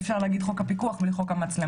אי אפשר להגיד חוק הפיקוח בלי חוק המצלמות.